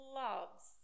loves